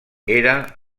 era